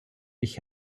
ich